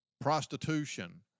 prostitution